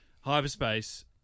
hyperspace